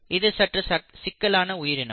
இது சற்று சிக்கலான உயிரினம்